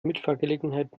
mitfahrgelegenheit